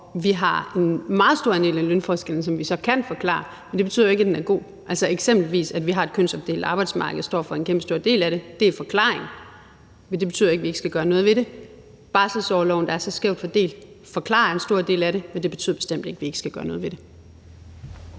vi har en meget stor andel af lønforskellen, som vi så kan forklare. Men det betyder jo ikke, at den er god, altså eksempelvis at vi har et kønsopdelt arbejdsmarked, der står for en kæmpestor del af det. Det er forklaringen. Men det betyder ikke, at vi ikke skal gøre noget ved det. Barselsorloven er skævt fordelt, og den forklarer en stor del af det, men det betyder bestemt ikke, at vi ikke skal gøre noget ved det.